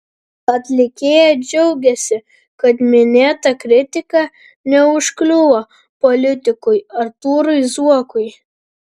atlikėja džiaugiasi kad minėta kritika neužkliuvo politikui artūrui zuokui